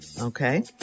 Okay